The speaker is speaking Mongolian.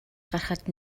гарахад